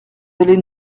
allez